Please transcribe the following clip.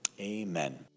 Amen